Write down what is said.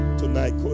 tonight